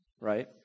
right